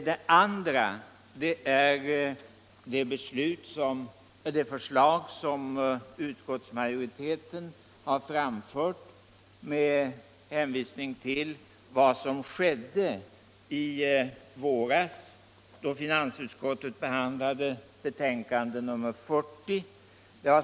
Den andra är det förslag som utskottsmajoriteten har framfört med hänvisning till vad som skedde i våras, då finansutskottet behandlade betänkande nr 20.